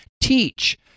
teach